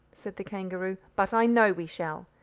said the kangaroo, but i know we shall.